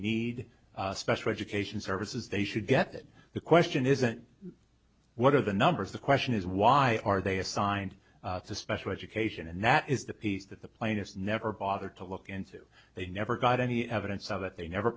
need special education services they should get it the question isn't what are the numbers the question is why are they assigned to special education and that is the piece that the plaintiffs never bother to look into they never got any evidence of it they never